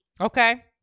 Okay